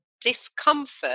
discomfort